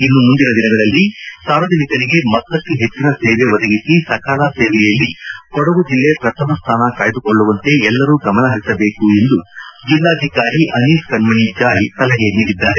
ಇನ್ನು ಮುಂದಿನ ದಿನಗಳಲ್ಲಿ ಸಾರ್ವಜನಿಕರಿಗೆ ಮತ್ತಷ್ನು ಹೆಚ್ಚಿನ ಸೇವೆ ಒದಗಿಸಿ ಸಕಾಲ ಸೇವೆಯಲ್ಲಿ ಕೊಡಗು ಜಿಲ್ಲೆ ಪ್ರಥಮ ಸ್ಥಾನ ಕಾಯ್ಲುಕೊಳ್ಳುವಂತೆ ಎಲ್ಲರೂ ಗಮನಹರಿಸಬೇಕು ಎಂದು ಜಿಲ್ಲಾಧಿಕಾರಿ ಅನೀಸ್ ಕಣ್ಣಣಿ ಜಾಯ್ ಸಲಹೆ ನೀಡಿದ್ದಾರೆ